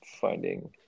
finding